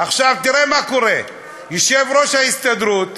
עכשיו תראה מה קורה: יושב-ראש ההסתדרות